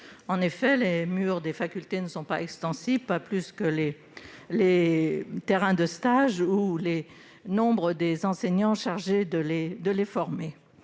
En effet, les murs des facultés ne sont pas extensibles, pas plus que les terrains de stage ou le nombre des enseignants chargés de former